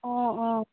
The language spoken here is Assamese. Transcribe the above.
অ অ